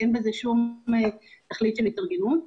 אין בזה שום תכלית של התארגנות.